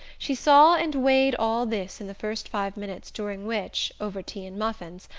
she saw and weighed all this in the first five minutes during which, over tea and muffins,